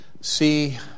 see